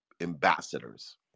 ambassadors